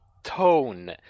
tone